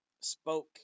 spoke